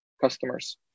customers